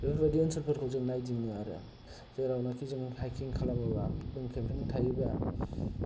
बेफोर बायदि ओनसोलफोरखौ जों नायदिङो आरो जेरावनाखि जों हायकिं खालामोबा केमपिं थायोबा